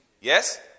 Yes